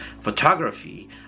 photography